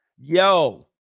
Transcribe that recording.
yo